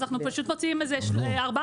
אנחנו פשוט מוציאים ארבעה,